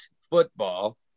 football